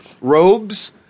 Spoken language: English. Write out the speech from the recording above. robes